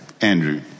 Andrew